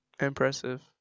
Impressive